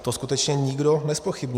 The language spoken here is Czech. To skutečně nikdo nezpochybňuje.